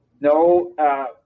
No